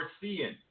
seeing